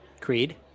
Creed